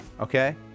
Okay